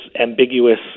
ambiguous